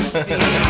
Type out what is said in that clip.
see